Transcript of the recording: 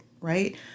right